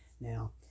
Now